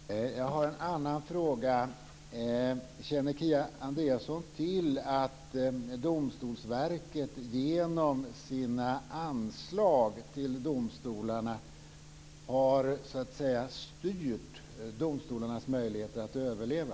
Herr talman! Jag har en annan fråga. Känner Kia Andreasson till att Domstolsverket genom sina anslag till domstolarna har så att säga styrt domstolarnas möjligheter att överleva?